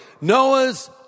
Noah's